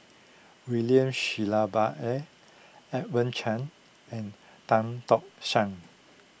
William Shellabear Edmund Chen and Tan Tock San